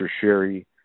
Sherry